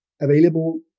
available